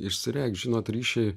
išsireikšt žinot ryšį